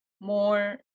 more